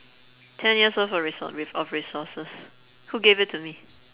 ten years worth of resource of resources who gave it to me